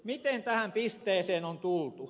miten tähän pisteeseen on tultu